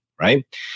Right